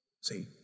See